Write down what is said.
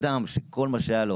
אדם שכל מה שהיה לו